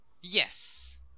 Yes